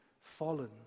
fallen